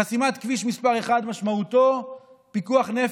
חסימת כביש מס' 1 משמעותה היא פיקוח נפש,